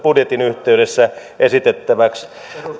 budjetin yhteydessä esitettäväksi